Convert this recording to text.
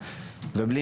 תהליך.